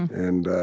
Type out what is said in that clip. and